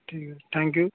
ٹھیک ہے thank you